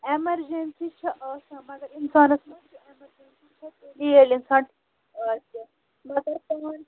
emergency چھےٚ آسان مگر اِنسانَس منٛز چھُ ایمَرجَنسی چھےٚ ییٚلہِ اِنسان آسہِ مگر پان